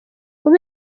com